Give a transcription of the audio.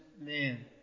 man